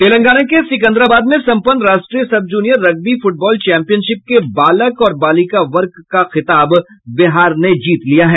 तेलंगाना के सिकन्दराबाद में सम्पन्न राष्ट्रीय sub junior rugby football championship के बालक और बालिका वर्ग का खिताब बिहार ने जीत लिया है